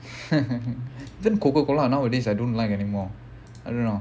hehehe even Coca-Cola nowadays I don't like anymore I don't know